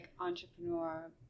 entrepreneur